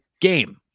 game